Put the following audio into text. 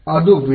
ಅದು ವೇಗ